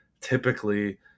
typically –